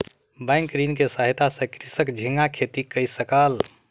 bank ऋण के सहायता सॅ कृषक झींगा खेती कय सकल